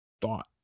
thought